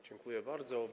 Dziękuję bardzo.